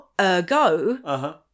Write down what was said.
ergo